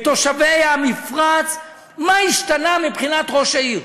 בתושבי המפרץ, מה השתנה מבחינת ראש העיר?